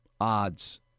odds